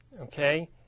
Okay